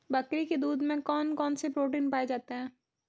बकरी के दूध में कौन कौनसे प्रोटीन पाए जाते हैं?